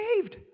saved